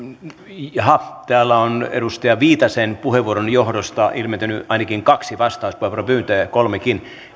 täällä on edustaja viitasen puheenvuoron johdosta ilmentynyt ainakin kaksi vastauspuheenvuoropyyntöä kolmekin